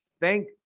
thank